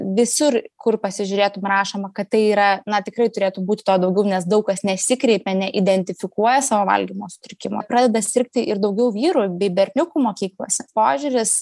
visur kur pasižiūrėtum rašoma kad tai yra na tikrai turėtų būt daugiau nes daug kas nesikreipia neidentifikuoja savo valgymo sutrikimo pradeda sirgti ir daugiau vyrų bei berniukų mokyklose požiūris